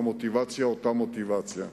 המוטיבציה היא אותה מוטיבציה.